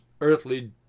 earthly